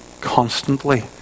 constantly